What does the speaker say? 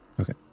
Okay